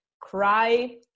cry